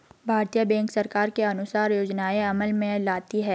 भारतीय बैंक सरकार के अनुसार योजनाएं अमल में लाती है